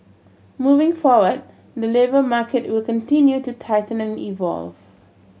moving forward the labour market will continue to tighten and evolve